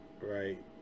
right